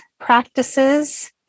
Practices